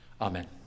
Amen